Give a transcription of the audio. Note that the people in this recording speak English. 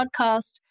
podcast